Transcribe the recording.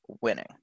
winning